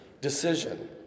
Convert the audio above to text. decision